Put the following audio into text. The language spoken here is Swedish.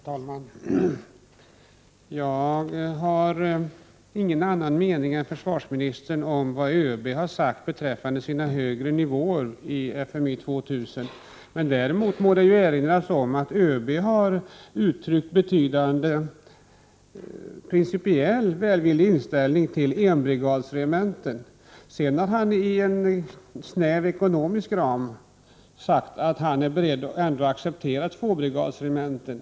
Herr talman! Jag har ingen annan mening än försvarsministern om vad ÖB har sagt beträffande sina högre nivåer i FMI 2000. Däremot må det erinras om att ÖB har uttryckt betydande principiell välvillig inställning till enbrigadsregementen. Sedan har han i en snäv ekonomisk ram sagt att han ändå är beredd att acceptera tvåbrigadsregementen.